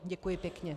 Děkuji pěkně.